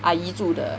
阿姨住的